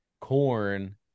Corn